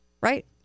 Right